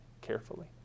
carefully